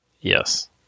Yes